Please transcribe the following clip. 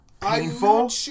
painful